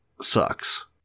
sucks